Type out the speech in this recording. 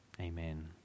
Amen